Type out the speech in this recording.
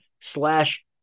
slash